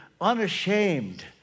unashamed